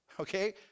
Okay